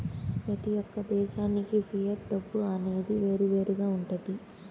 ప్రతి యొక్క దేశానికి ఫియట్ డబ్బు అనేది వేరువేరుగా వుంటది